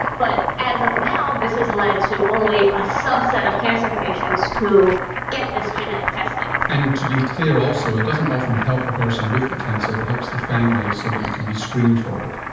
but as of now this has led to only a subset of cancer patients who get this genetic testing. and to be clear also, it doesn't often help the person with the cancer, it helps the family so that you can be screened for it.